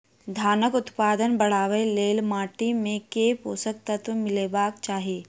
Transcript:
धानक उत्पादन बढ़ाबै लेल माटि मे केँ पोसक तत्व मिलेबाक चाहि?